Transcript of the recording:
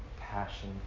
passion